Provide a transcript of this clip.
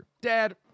Dad